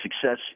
success